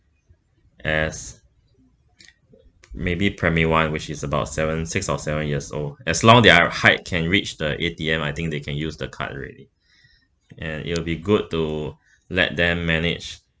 as maybe primary one which is about seven six or seven years old as long their height can reach the A_T_M I think they can use the card already and it'll be good to let them manage